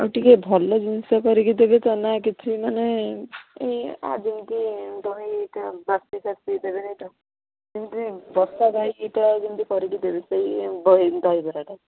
ଆଉ ଟିକିଏ ଭଲ ଜିନିଷ କରିକି ଦେବେ କାଇଁକିନା କିଛି ମାନେ ଏ ଆ ଯେମିତି ଦହି ବାସିଫାସି ଦେବେନି ତ କିନ୍ତୁ ବସା ଦହି ଇଏ କରିକି ଯେମିତି ଦେବେ ସେଇ ଦହି ଦହିବରାଟା